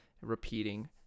repeating